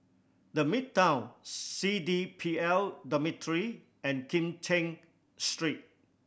The Midtown C D P L Dormitory and Kim Cheng Street